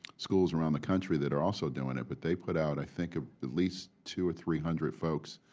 schools around the country that are also doing it. but they put out, i think, at least two or three hundred folks